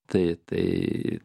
tai tai